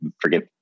forget